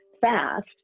fast